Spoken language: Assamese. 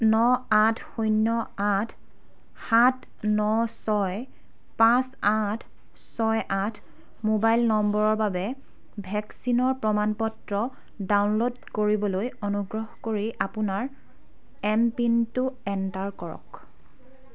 ন আঠ শূন্য় আঠ সাত ন ছয় পাঁচ আঠ ছয় আঠ মোবাইল নম্বৰৰ বাবে ভেকচিনৰ প্ৰমাণ পত্ৰ ডাউনলোড কৰিবলৈ অনুগ্ৰহ কৰি আপোনাৰ এম পিনটো এণ্টাৰ কৰক